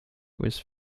with